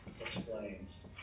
explains